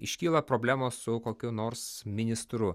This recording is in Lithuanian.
iškyla problemos su kokiu nors ministru